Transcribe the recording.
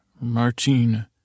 Martine